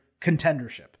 contendership